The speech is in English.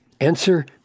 answer